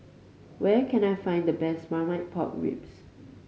where can I find the best Marmite Pork Ribs